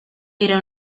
era